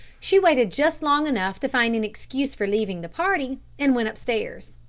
she waited just long enough to find an excuse for leaving the party, and went upstairs.